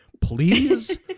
Please